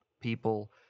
people